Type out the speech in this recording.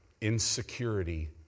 insecurity